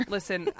Listen